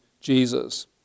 Jesus